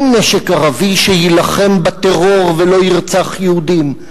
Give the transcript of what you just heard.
אין נשק ערבי שיילחם בטרור ולא ירצח יהודים.